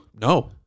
No